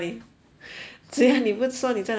只要你不说你在哪里做工